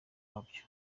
wabyo